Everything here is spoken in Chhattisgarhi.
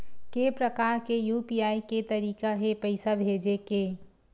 के प्रकार के यू.पी.आई के तरीका हे पईसा भेजे के?